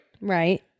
Right